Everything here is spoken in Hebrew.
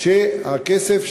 ענה שהכסף,